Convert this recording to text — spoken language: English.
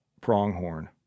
pronghorn